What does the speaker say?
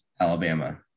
Alabama